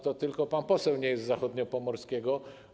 Tylko pan poseł nie jest z zachodniopomorskiego.